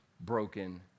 broken